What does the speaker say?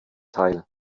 teil